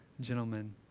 gentlemen